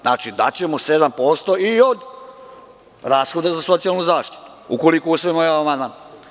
Znači, daćemo 7% i od rashoda za socijalnu zaštitu ukoliko usvojimo ovaj amandman.